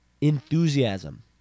enthusiasm